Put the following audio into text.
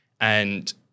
and-